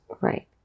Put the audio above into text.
right